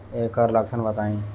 एकर लक्षण बताई?